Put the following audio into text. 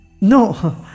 No